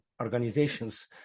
organizations